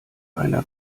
einer